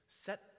set